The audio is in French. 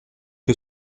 que